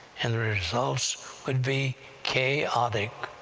and the results would be chaotic.